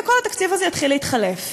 וכל התקציב הזה יתחיל להתחלף.